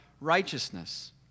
righteousness